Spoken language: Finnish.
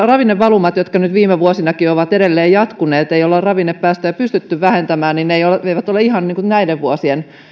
ravinnevalumat jotka nyt viime vuosinakin ovat edelleen jatkuneet kun ei olla ravinnepäästöjä pystytty vähentämään eivät ole ihan näiden vuosien